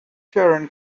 sharon